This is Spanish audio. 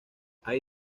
hay